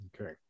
okay